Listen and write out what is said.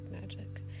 magic